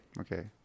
Okay